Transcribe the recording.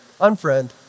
unfriend